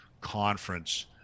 conference